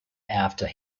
after